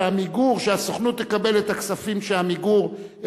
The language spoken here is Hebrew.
ש"עמיגור" שהסוכנות תקבל את הכספים של "עמיגור",